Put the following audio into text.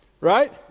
Right